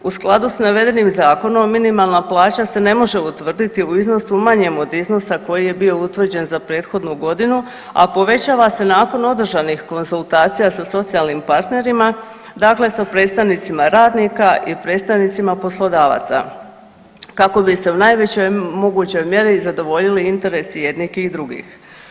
U skladu s navedenim zakonom minimalna plaća se ne može utvrditi u iznosu manjem od iznosa koji je bio utvrđen za prethodnu godinu, a povećava se nakon održanih konzultacija sa socijalnim partnerima, dakle sa predstavnicima radnika i predstavnicima poslodavaca kako bi se u najvećoj mogućoj mjeri zadovoljili interesi jednih i drugih.